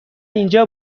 اینجا